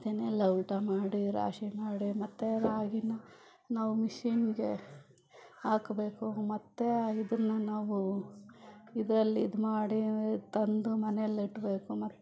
ತೆನೆ ಎಲ್ಲ ಉಲ್ಟ ಮಾಡಿ ರಾಶಿ ಮಾಡಿ ಮತ್ತೆ ರಾಗಿನ ನಾವು ಮಿಷನ್ಗೆ ಹಾಕಬೇಕು ಮತ್ತೆ ಇದನ್ನು ನಾವು ಇದರಲ್ಲಿ ಇದ್ಮಾಡಿ ತಂದು ಮನೆಯಲ್ಲಿಡ್ಬೇಕು ಮತ್ತೆ